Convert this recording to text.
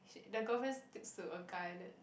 the girlfriend sticks to a guy that